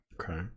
Okay